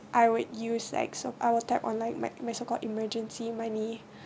I will use like so I'll take on like my so called emergency money